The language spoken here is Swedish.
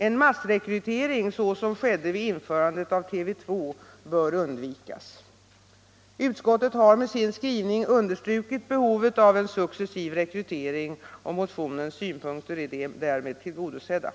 En massrekrytering så som skedde vid införandet av TV 2 bör undvikas. Utskottet har med sin skrivning understrukit behovet av en successiv rekrytering, och motionens synpunkter är därmed tillgodosedda.